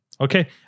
Okay